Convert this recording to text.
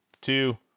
two